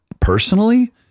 Personally